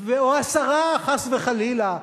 או עשרה, חס וחלילה,